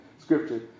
Scripture